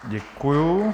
Děkuji.